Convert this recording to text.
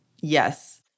Yes